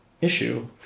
issue